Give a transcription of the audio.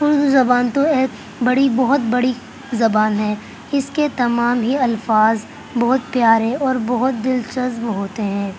اردو زبان تو ایک بڑی بہت بڑی زبان ہے اس کے تمام ہی الفاظ بہت پیارے اور بہت دلچسب ہوتے ہیں